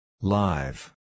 Live